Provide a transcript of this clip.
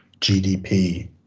GDP